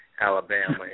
Alabama